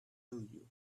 you